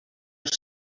els